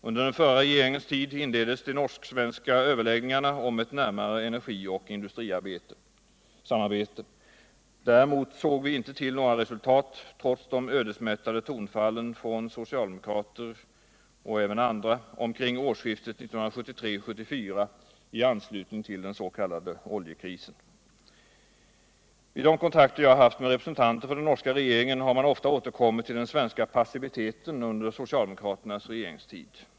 Under den förra regeringens tid inleddes de norsk-svenska överläggningarna om närmare energi och industrisamarbete. Däremot såg vi inte till några resultat trots de ödesmättade tonfallen från socialdemokrater och även andra omkring årsskiltet 1973-1974 i anslutning till den s.k. oljekrisen. Vid de kontakter jag har haft med representanter för den norska regeringen har man ofta återkommit till den svenska passiviteten under socialdemokraternas regeringstid.